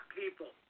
people